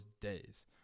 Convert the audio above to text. days